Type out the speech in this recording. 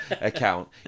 account